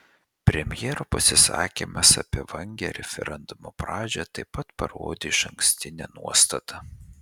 premjero pasisakymas apie vangią referendumo pradžią taip pat parodė išankstinę nuostatą